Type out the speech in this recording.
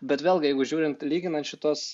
bet vėlgi jeigu žiūrint lyginant šituos